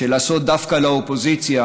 של לעשות דווקא לאופוזיציה,